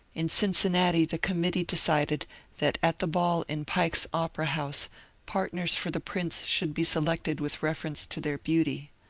in cincinnati the committee decided that at the ball in pike's opera house partners for the prince should be selected with reference to their beauty.